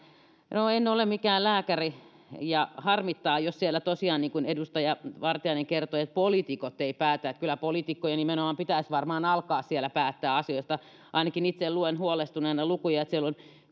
en ole mikään lääkäri ja harmittaa jos siellä tosiaan niin kuin edustaja vartiainen kertoi poliitikot eivät päätä kyllä poliitikkojen nimenomaan pitäisi varmaan alkaa siellä päättää asioista ainakin itse luen huolestuneena lukuja että siellä on